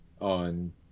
on